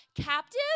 captive